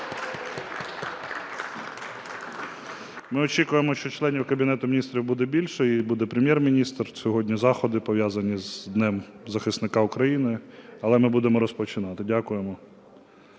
Ми очікуємо, що членів Кабінету Міністрів буде більше і буде Прем'єр-міністр, сьогодні заходи, пов'язані з Днем захисника України, але ми будемо розпочинати. Дякуємо.